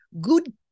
Good